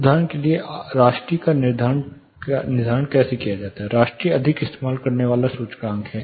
उदाहरण के लिए RASTI का निर्धारण कैसे किया जाएगा RASTI अधिक इस्तेमाल करने वाला सूचकांक है